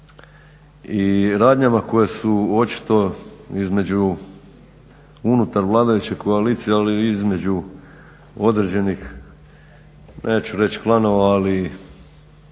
i radnjama koje su očito između, unutar vladajuće koalicije ali i između određenih neću reći klanova, ali